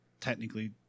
technically